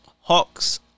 Hawks